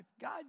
God